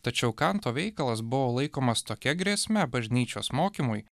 tačiau kanto veikalas buvo laikomas tokia grėsme bažnyčios mokymui